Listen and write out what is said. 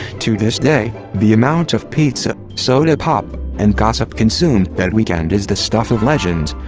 to this day, the amount of pizza, soda pop, and gossip consumed that weekend is the stuff of legends.